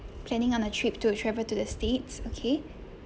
planning on a trip to travel to the states okay